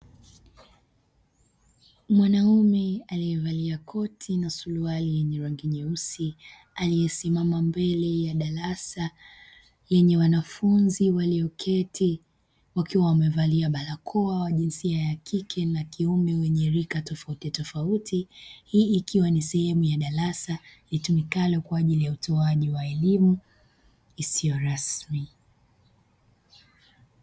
Mwanaume aliyevalia koti na suruali yenye rangi nyeusi aliyesimama mbele ya darasa Yenye wanafunzi walioketi wakiwa wamevalia barakoa wa jinsia ya kike na kiume wenye rika tofautitofauti hii ikiwa ni sehemu ya darasa litumikalo kwa ajili ya utoaji wa elimu isiyo rasmi.